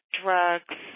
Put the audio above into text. drugs